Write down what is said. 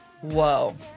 Whoa